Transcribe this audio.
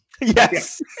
Yes